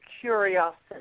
curiosity